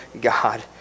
God